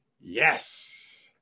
Yes